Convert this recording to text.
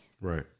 Right